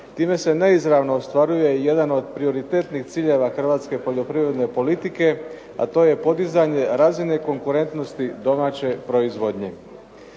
Time se neizravno ostvaruje jedan od prioritetnih ciljeva hrvatske poljoprivredne politike, a to je podizanje razine konkurentnosti domaće proizvodnje.